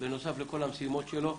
בנוסף לכל המשימות שלו.